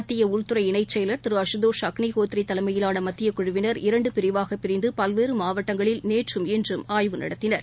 மத்திய உள்துறை இணைச் செயலர் திரு அசுதோஸ் அக்ளிஹோத்ரி தலைமயிலான மத்தியக் குழுவினர் இரண்டு பிரிவாக பிரிந்து பல்வேறு மாவட்டங்களில் நேற்றும் இன்றும் ஆய்வு நடத்தினர்